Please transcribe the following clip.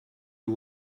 you